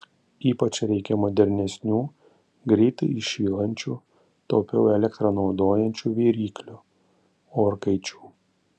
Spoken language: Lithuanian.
ypač reikia modernesnių greitai įšylančių taupiau elektrą naudojančių viryklių orkaičių